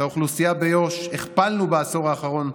את האוכלוסייה ביו"ש הכפלנו בעשור האחרון,